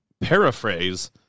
paraphrase